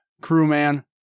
Crewman